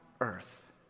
earth